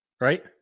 Right